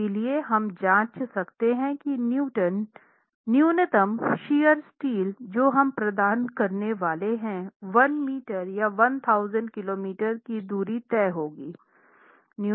इसलिए हम जांच सकते हैं कि न्यूनतम शियर स्टील जो हम प्रदान करने वाले है 1 मीटर या 1000 मिलीमीटर की दूरी तय होंगी